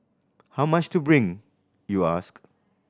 how much to bring you ask